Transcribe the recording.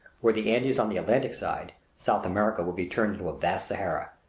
were the andes on the atlantic side, south america would be turned into a vast sahara.